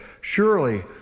Surely